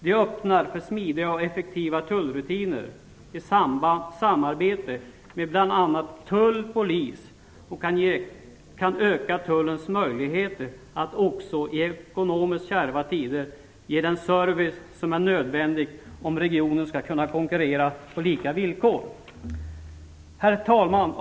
Det öppnar för smidiga och effektiva tullrutiner i samarbete mellan bl.a. tull och polis och kan öka Tullens möjligheter att också i ekonomiskt kärva tider ge den service som är nödvändig om regionerna skall kunna konkurrera på lika villkor. Herr talman!